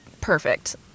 perfect